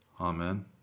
Amen